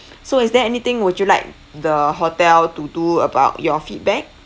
so is there anything would you like the hotel to do about your feedback